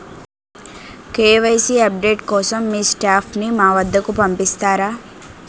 KYC update కోసం మీ staff ని మా వద్దకు పంపిస్తారా?